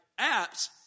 apps